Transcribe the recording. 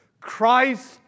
Christ